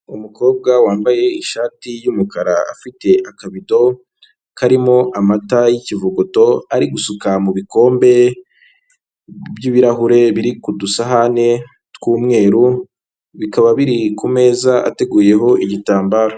Umukobwa wambaye ishati y'umukara afite akabido karimo amata y'ikivugoto ari gusuka mu bikombe by'ibirahure biri ku dusahane tw'umweru bikaba biri kumeza ateguyeho igitambaro.